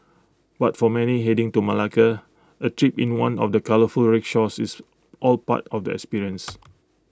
but for many heading to Malacca A trip in one of the colourful rickshaws is all part of the experience